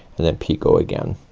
and then picot again.